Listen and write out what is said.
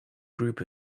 group